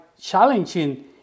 challenging